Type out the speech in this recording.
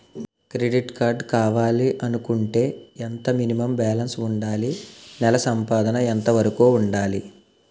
Credit card కావాలి అనుకుంటే ఎంత మినిమం బాలన్స్ వుందాలి? నెల సంపాదన ఎంతవరకు వుండాలి?